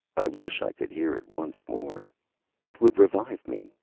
i wish i could hear it once more it would revive me,